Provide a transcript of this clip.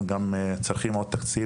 אנחנו גם צריכים עוד תקציב.